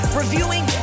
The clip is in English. reviewing